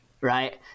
right